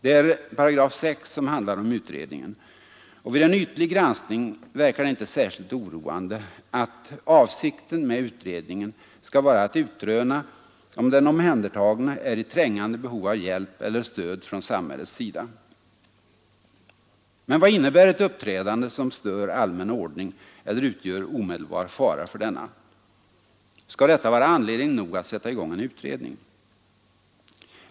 Det är 6 § som handlar om utredningen, och vid en ytlig granskning verkar det inte särskilt oroande att ”avsikten med utredningen skall vara att utröna, om den omhändertagne är i trängande behov av hjälp eller stöd från samhällets sida”. Men vad innebär ett uppträdande som ”stör allmän ordning eller utgör omedelbar fara för denna”? Skall detta vara anledning nog att sätta i gång en utredning?